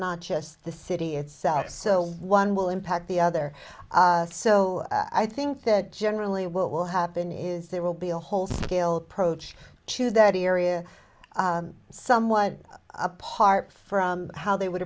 not just the city itself so one will impact the other so i think that generally what will happen is there will be a whole scale approach to that area somewhat apart from how they would